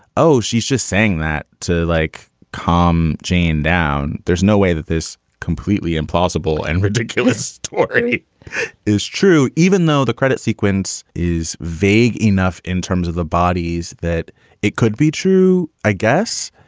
oh, she's just saying that to like calm jane down. there's no way that this completely implausible and ridiculous story is true, even though the credit sequence is vague enough in terms of the bodies that it could be true. i guess